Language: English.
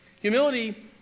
Humility